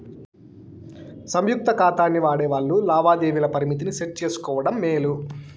సంయుక్త కాతాల్ని వాడేవాల్లు లావాదేవీల పరిమితిని సెట్ చేసుకోవడం మేలు